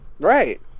Right